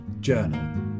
journal